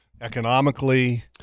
economically